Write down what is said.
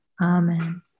amen